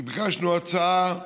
הגשנו הצעה דחופה,